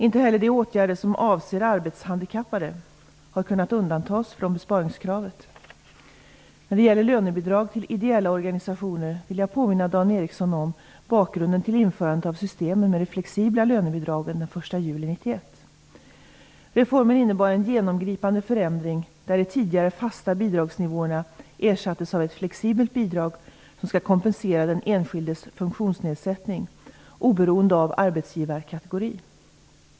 Inte heller de åtgärder som avser arbetshandikappade har kunnat undantas från besparingskraven. När det gäller lönebidrag till ideella organisationer vill jag påminna Dan Ericsson om bakgrunden till införandet av systemet med de flexibla lönebidragen den 1 juli 1991. Reformen innebar en genomgripande förändring, där de tidigare fasta bidragsnivåerna ersattes av ett flexibelt bidrag, som skall kompensera den enskildes funktionsnedsättning, oberoende av arbetsgivarkategori.